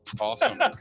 Awesome